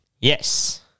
Yes